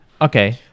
Okay